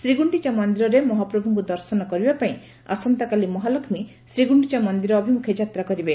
ଶ୍ରୀଗୁଖିଚା ମନ୍ଦିରରେ ମହାପ୍ରଭୁଙ୍କୁ ଦର୍ଶନ କରିବାପାଇଁ ଆସନ୍ତାକାଲି ମହାଲକ୍ଷୀ ଶ୍ରୀଗୁଖିଚା ମନ୍ଦିର ଅଭିମୁଖେ ଯାତ୍ରା କରିବେ